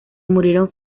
murieron